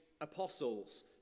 apostles